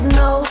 no